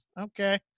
Okay